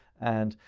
and,